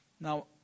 Now